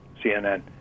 CNN